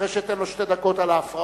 אחרי שאתן לו שתי דקות על ההפרעות,